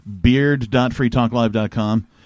beard.freetalklive.com